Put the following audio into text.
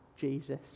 Jesus